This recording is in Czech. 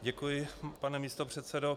Děkuji, pane místopředsedo.